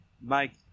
Mike